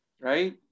right